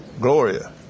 Gloria